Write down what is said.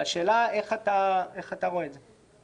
השאלה היא איך אתה רואה את זה.